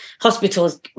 hospitals